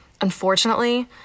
Unfortunately